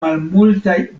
malmultaj